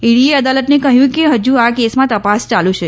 ઇડીએ અદાલતને કહ્યું કે હજુ આ કેસમાં તપાસ યાલુ છે